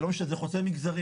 זה לא משנה, זה חוצה מגזרים.